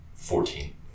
Fourteen